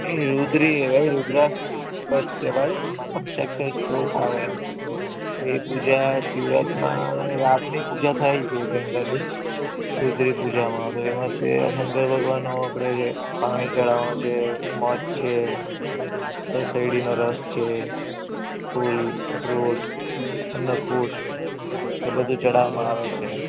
એ રૂદ્રી એ રુદ્ર પાઠ કહેવાય એમાં પણ શ્લોક આવે એ પૂજા શિવરાત્રમાં તમે રાતની પૂજા થાય છે જનરલી રુદ્રી પૂજામાં તો એમાંથી છે શંકર ભગવાનનો આપણે પાણી ચડાવવાનું છે મધ છે પછી શેરડીનો રસ છે ફૂલ ફ્રૂટ અન્નકૂટ એ બધું ચડાવવામાં આવે છે